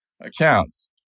accounts